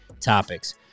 topics